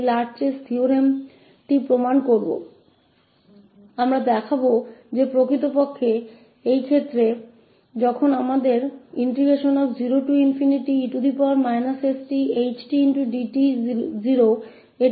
इस Lerch's theorem को बाद मे साबित करेंगे हम दिखाएंगे कि वास्तव में यही मामला है जब हमारे पास 0e sth𝑡𝑑t0 है जह ℎ𝑡 0 बताता है